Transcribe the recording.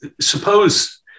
suppose